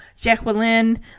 Jacqueline